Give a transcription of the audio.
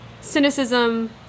cynicism